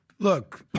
look